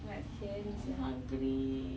what tian sia